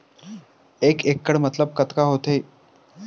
एक इक्कड़ मतलब कतका होथे?